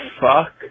fuck